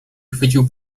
chwycił